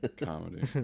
Comedy